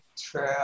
true